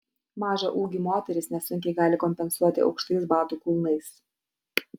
mažą ūgį moterys nesunkiai gali kompensuoti aukštais batų kulnais